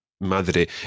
Madre